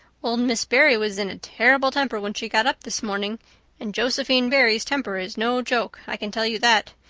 old miss barry was in a terrible temper when she got up this morning and josephine barry's temper is no joke, i can tell you that.